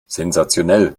sensationell